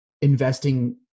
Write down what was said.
investing